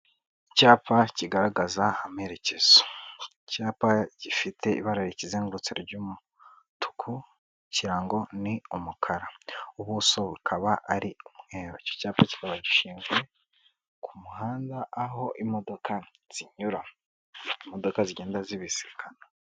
Icyapa kigaragaza amerekezo. Icyapa gifite ibara rikizengurutse ry'umutuku, ikirango ni umukara. Ubuso bukaba ari umweru. Iki icyapa kikaba gishinze ku muhanda aho imodoka zinyura. Imodoka zigenda zibisikana.